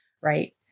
right